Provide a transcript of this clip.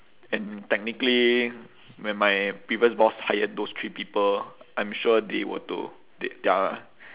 and technically when my previous boss hired those three people I'm sure they were to they are